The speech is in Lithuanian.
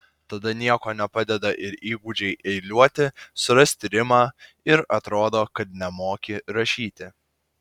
tada nieko nepadeda ir įgūdžiai eiliuoti surasti rimą ir atrodo kad nemoki rašyti